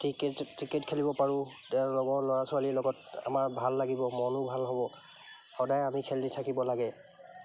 cricket খেলিব পাৰোঁ তেওঁ লগৰ ল'ৰা ছোৱালীৰ লগত আমাৰ ভাল লাগিব মনো ভাল হ'ব সদায় আমি খেলি থাকিব লাগে